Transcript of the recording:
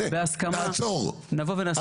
תעצור.